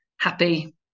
happy